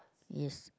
is